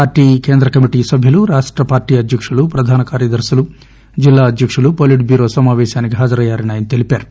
party కేంద్ర కమిటీ సభ్యులు రాష్ట పార్టీ అధ్యకులు ప్రధాన కార్యదర్వులు జిల్లా అధ్యకులు పొలీట్ బ్యూరో సమాపేశానికి హాజరయ్యారని ఆయన తెలిపారు